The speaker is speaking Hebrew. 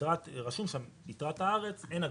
רשום שם ביתרת הארץ אין הגבלות.